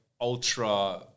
ultra